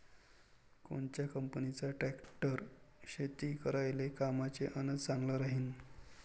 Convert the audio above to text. कोनच्या कंपनीचा ट्रॅक्टर शेती करायले कामाचे अन चांगला राहीनं?